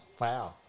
Wow